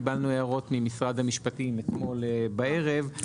קיבלנו הערות ממשרד המשפטים אתמול בערב,